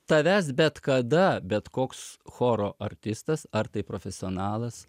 tavęs bet kada bet koks choro artistas ar tai profesionalas